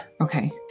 Okay